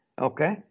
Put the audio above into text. okay